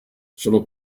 sono